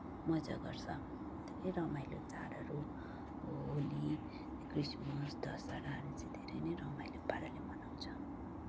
मजा गर्छ धेरै रमाइलो चाडहरू हो होली क्रिसमस दशहराहरू चाहिँ धेरै नै रमाइलो पाराले मनाउँछ